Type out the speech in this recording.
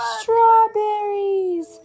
strawberries